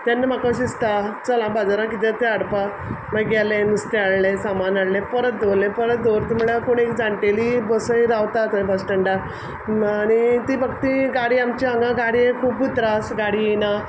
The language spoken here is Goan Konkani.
तेन्ना म्हाक अशें इसता चल हांव बाजारा कितें तें हाडपा माय गेलें नुस्तें हाडलें सामान हाडलें परत दोवरलें परत दोवरत म्हळ्ळ्या कोण एक जाण्टेली बसय रावता थंय बस स्टँडार आनी ती म्हाक ती गाडी आमची हांगां गाडये खुब्ब त्रास गाडी येयना